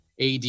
AD